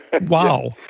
Wow